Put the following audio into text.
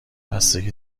بستگی